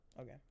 Okay